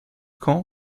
camp